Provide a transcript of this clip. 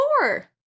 four